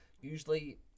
usually